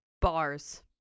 Bars